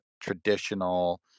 traditional